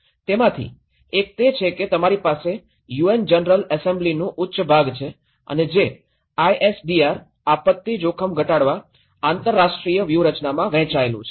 તેમાંથી એક તે છે કે તમારી પાસે યુએન જનરલ એસેમ્બલીનું ઉચ્ચ ભાગ છે અને જે આઇએસડીઆર આપત્તિ જોખમ ઘટાડવા આંતરરાષ્ટ્રીય વ્યૂહરચનામાં વહેંચાયેલું છે